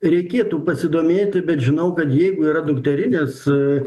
reikėtų pasidomėti bet žinau kad jeigu yra dukterinės